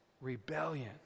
rebellion